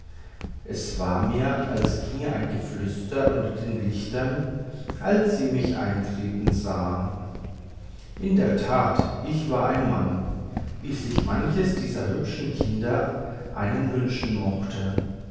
es war mir als ginge ein geflüster unter den lichtern als sie mich eintreten sahen in der tat ich war ein mann wie sich manches dieser hübschen kinder einen wünschen mochte